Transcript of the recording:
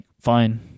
fine